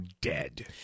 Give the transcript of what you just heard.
dead